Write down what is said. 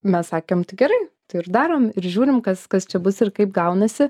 mes sakėm gerai tai ir darom ir žiūrim kas kas čia bus ir kaip gaunasi